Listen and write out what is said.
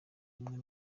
umwe